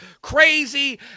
crazy